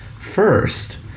first